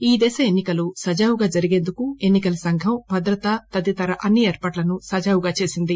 ఈ దశ ఎన్ని కలు సజావుగా జరిగేందుకు ఎన్ని కల సంఘం భద్రతా తదితర అన్ని ఏర్పాట్లు చేసింది